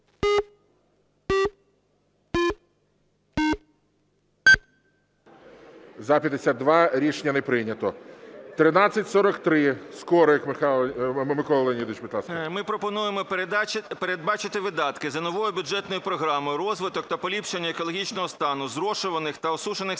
За-52 Рішення не прийнято. 1343, Скорик Микола Леонідович, будь ласка. 14:54:57 СКОРИК М.Л. Ми пропонуємо передбачити видатки за новою бюджетною програмою "Розвиток та поліпшення екологічного стану зрошуваних та осушених